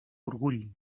orgull